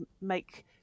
make